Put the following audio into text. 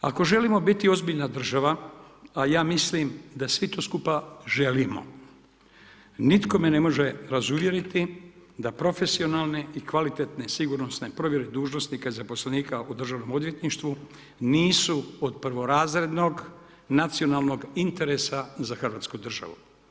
Ako želimo biti ozbiljna država, a ja mislim da svi to skupa želimo, nitko me ne može razuvjeriti da profesionalne i kvalitetne i sigurnosne provjere dužnosnika, zaposlenika u državnom odvjetništvu nisu od prvorazrednog, nacionalnog interesa za Hrvatsku državu.